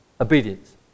Obedience